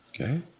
Okay